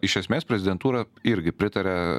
iš esmės prezidentūra irgi pritaria